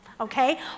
okay